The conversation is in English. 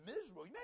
miserable